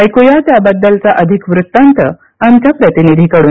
ऐकू या त्याबद्दलचा अधिक वृत्तांत आमच्या प्रतिनिधीकडून